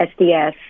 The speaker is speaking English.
SDS